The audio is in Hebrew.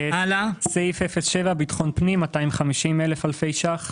סעיף 07, ביטחון פנים, 250,000 אלפי ₪.